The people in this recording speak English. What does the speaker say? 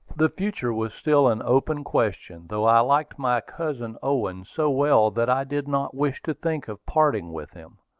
the future was still an open question, though i liked my cousin owen so well that i did not wish to think of parting with him.